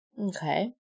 Okay